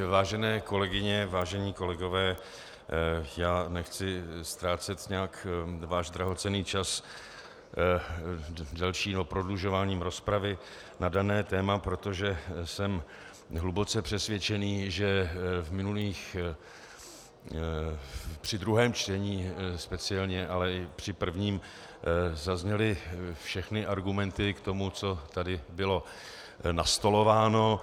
Vážené kolegyně, vážení kolegové, já nechci utrácet váš drahocenný čas dalším prodlužováním rozpravy na dané téma, protože jsem hluboce přesvědčený, že při druhém čtení speciálně, ale i při prvním zazněly všechny argumenty k tomu, co tady bylo nastolováno.